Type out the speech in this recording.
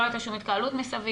לא הייתה שום התקהלות מסביב,